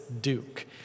Duke